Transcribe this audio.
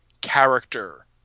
character